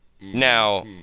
Now